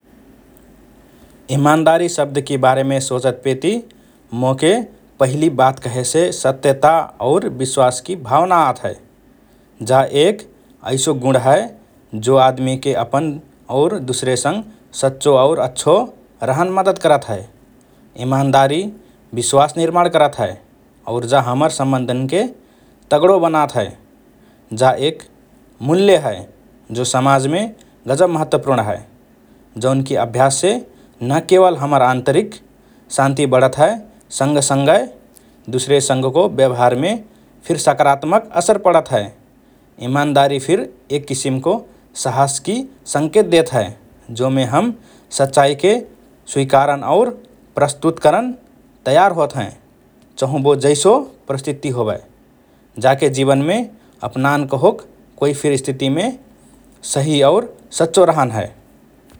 “इमानदारी” शब्दकि बारेमे सोचतपेति मोके पहिलि बात कहेसे सत्यता और विश्वासकि भावना आत हए । जा एक ऐसो गुण हए जो आदमीके अपन और दुसरेसँग सच्चो और अच्छो रहन मद्दत करत हए । इमानदारि विश्वास निर्माण करत हए और जा हमर सम्बन्धन्के तगडो बनात हए । जा एक मूल्य हए, जो समाजमे गजब महत्पूर्ण हए । जौनकि अभ्याससे ना केवल हमर आन्तरिक शान्ति बढात हए सँगसँगए दुसरेसँगको व्यवहारमे फिर सकारात्मक असर पडत हए । इमानदारी फिर एक किसिमको साहसकि संकेत देत हए, जोमे हम सच्चाईके स्वीकारन और प्रस्तुत करन तयार होत हएँ, चहुँ बो जैसो परिस्थिति होबए । जाके जीवनमे अपनान कहोक कोइ फिर स्थितिमे सही और सच्चो रहन हए ।